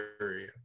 area